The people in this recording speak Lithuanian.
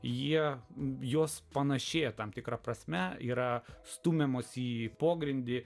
jie bijos panašėja tam tikra prasme yra stumiamos į pogrindį